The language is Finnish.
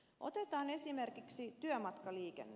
otetaan esimerkiksi työmatkaliikenne